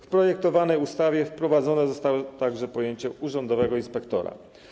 W projektowanej ustawie wprowadzone zostało także pojęcie urzędowego inspektora.